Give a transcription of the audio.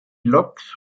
loks